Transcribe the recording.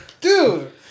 Dude